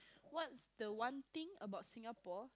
what's the one thing about Singapore